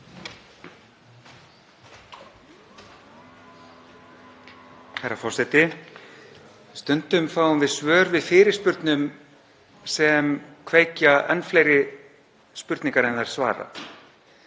Herra forseti. Stundum fáum við svör við fyrirspurnum sem kveikja enn fleiri spurningar en þau svara.